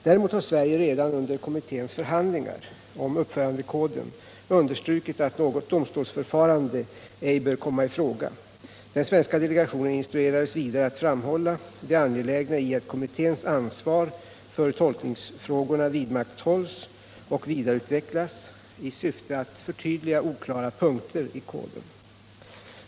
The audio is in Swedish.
Däremot har Sverige redan under kommitténs förhandlingar om uppförandekoden understrukit att något domstolsförfarande ej bör komma i fråga. Den svenska delegationen instruerades vidare att framhålla det angelägna i att kommitténs ansvar för tolkningsfrågorna vidmakthålls och vidareutvecklas i syfte att förtydliga oklara punkter i koden.